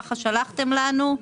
כך שלחתם לנו.